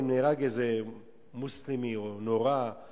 אם נהרג איזה מוסלמי או נורה,